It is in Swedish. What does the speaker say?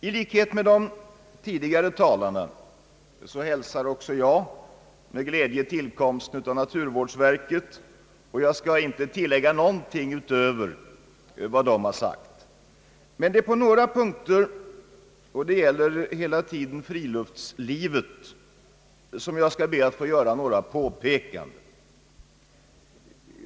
I likhet med de tidigare talarna hälsar också jag med glädje tillkomsten av naturvårdsverket. Jag skall inte tillägga någonting i vad de har sagt om detta verk. Jag skall dock be att få göra några påpekanden på några punkter som gäller friluftslivet.